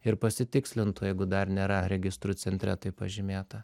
ir pasitikslintų jeigu dar nėra registrų centre tai pažymėta